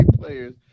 players